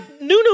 Nunu